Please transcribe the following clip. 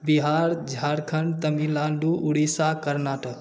Bihar Jharkhand Tamil Nadu Orissa Karnataka